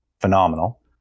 phenomenal